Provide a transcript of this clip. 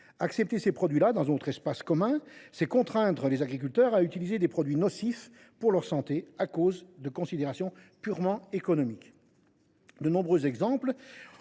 Accepter ces produits là dans notre espace commun, c’est contraindre les agriculteurs à utiliser des produits nocifs pour leur santé pour des considérations purement économiques.